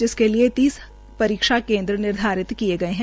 जिसके लिए तीस परीक्षा केन्द्र निर्धारित किए गए हैं